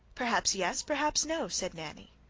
perhaps yes, perhaps no, said nanny.